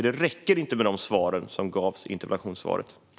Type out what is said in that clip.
Det räcker inte med de förslag som gavs i interpellationssvaret.